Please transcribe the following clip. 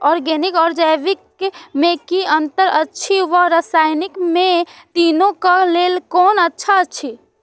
Organic आर जैविक में कि अंतर अछि व रसायनिक में तीनो क लेल कोन अच्छा अछि?